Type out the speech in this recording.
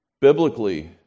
Biblically